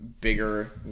bigger